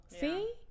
see